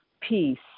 peace